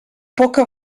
poca